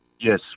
Yes